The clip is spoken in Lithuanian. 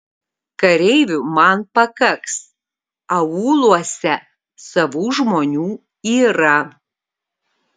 kareivių man pakaks aūluose savų žmonių yra